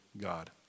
God